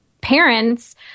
parents